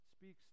speaks